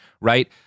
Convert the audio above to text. right